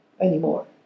anymore